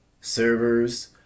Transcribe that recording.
servers